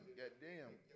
goddamn